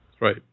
Right